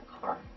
car